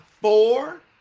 four